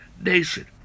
nation